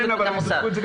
גם בריאות וגם האוצר.